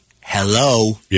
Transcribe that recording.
hello